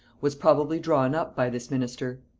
was probably drawn up by this minister.